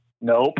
nope